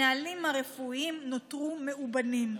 הנהלים הרפואיים נותרו מאובנים.